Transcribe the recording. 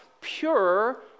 pure